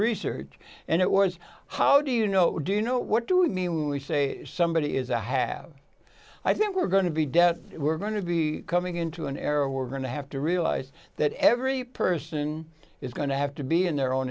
research and it was how do you know do you know what do we mean when we say somebody is a have i think we're going to be death we're going to be coming into an era we're going to have to realize that every person is going to have to be in their own